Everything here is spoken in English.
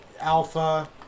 Alpha